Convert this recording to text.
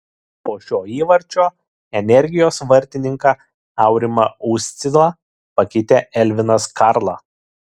po šio įvarčio energijos vartininką aurimą uscilą pakeitė elvinas karla